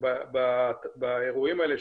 שלי באירועים האלה,